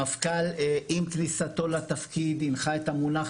המפכ"ל עם כניסתו לתפקיד הנחה את המונח